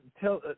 tell